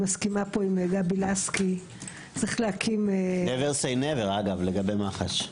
מסכימה עם גבי לסקי שעל מח"ש בפני עצמה -- Never say never לגבי מח"ש.